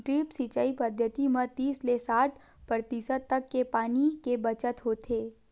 drip सिंचई पद्यति म तीस ले साठ परतिसत तक के पानी के बचत होथे